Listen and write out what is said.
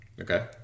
Okay